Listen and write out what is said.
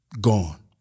gone